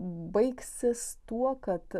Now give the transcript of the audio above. baigsis tuo kad